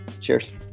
Cheers